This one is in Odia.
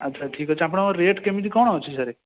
ଆଚ୍ଛା ଠିକ୍ ଅଛି ଆପଣଙ୍କର ରେଟ୍ କେମିତି କ'ଣ ଅଛି ସାର୍